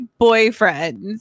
boyfriends